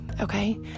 okay